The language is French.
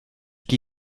qui